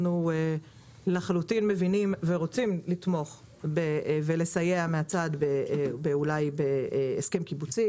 אנחנו לחלוטין מבינים ורוצים לתמוך ולסייע מן הצד אולי בהסכם קיבוצי